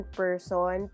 person